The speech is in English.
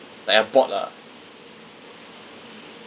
like a bot lah